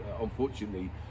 unfortunately